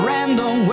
Random